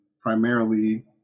primarily